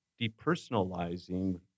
depersonalizing